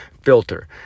filter